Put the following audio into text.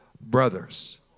brothers